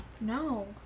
No